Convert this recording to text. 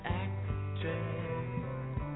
actress